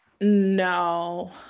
No